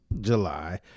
July